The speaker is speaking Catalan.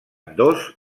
ambdós